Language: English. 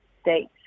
states